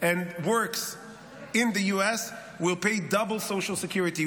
and works in the U.S. will pay double social security,